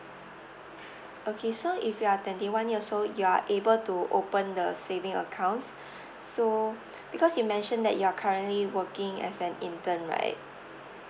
okay so if you are twenty one years old you are able to open the saving accounts so because you mentioned that you are currently working as an intern right